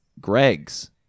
greg's